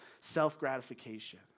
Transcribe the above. self-gratification